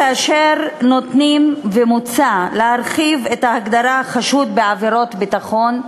כאשר נותנים ומוצע להרחיב את ההגדרה "חשוד בעבירות ביטחון"